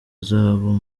zahabu